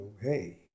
hey